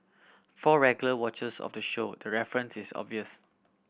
for regular watchers of the show the reference is obvious